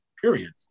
period